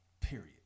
period